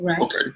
okay